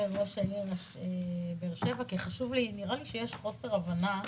ראש עיריית באר שבע כי נראה לי שיש חוסר הבנה